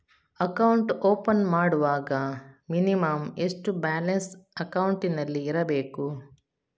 Account open ಮಾಡುವಾಗ minimum ಎಷ್ಟು balance ಅಕೌಂಟಿನಲ್ಲಿ ಇರಬೇಕು?